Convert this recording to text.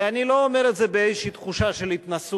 ואני לא אומר את זה באיזו תחושה של התנשאות,